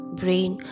brain